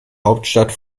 hauptstadt